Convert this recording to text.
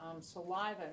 saliva